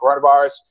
coronavirus